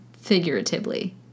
figuratively